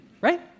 Right